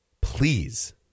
please